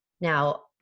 Now